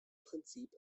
prinzip